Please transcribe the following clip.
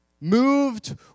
Moved